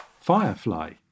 Firefly